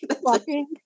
walking